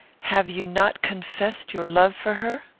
have you not confessed your love for her?